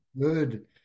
good